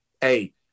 hey